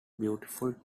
beautiful